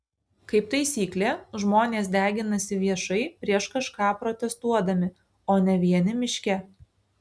kaip taisyklė žmonės deginasi viešai prieš kažką protestuodami o ne vieni miške